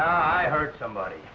i heard somebody